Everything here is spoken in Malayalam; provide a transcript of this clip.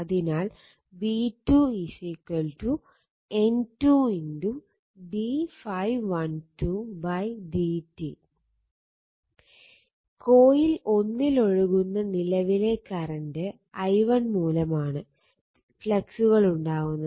അതിനാൽ v2 N2 d ∅12 dt coil 1 ൽ ഒഴുകുന്ന നിലവിലെ കറണ്ട് i1 മൂലമാണ് ഫ്ലക്സുകൾ ഉണ്ടാകുന്നത്